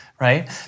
right